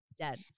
Dead